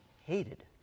hated